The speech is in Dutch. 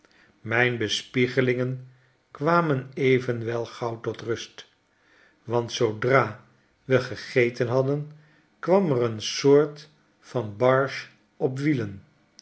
mijn bespiegelingen kwamen even wel gauw tot rust want zoodra we gegeten hadden kwam er een soort van barge op wielen